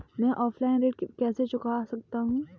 मैं ऑफलाइन ऋण कैसे चुका सकता हूँ?